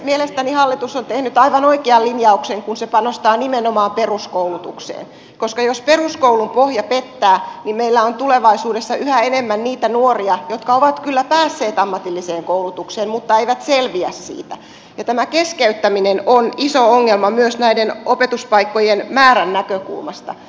mielestäni hallitus on tehnyt aivan oikean linjauksen kun se panostaa nimenomaan peruskoulutukseen koska jos peruskoulun pohja pettää niin meillä on tulevaisuudessa yhä enemmän niitä nuoria jotka ovat kyllä päässeet ammatilliseen koulutukseen mutta eivät selviä siitä ja tämä keskeyttäminen on iso ongelma myös näiden opetuspaikkojen määrän näkökulmasta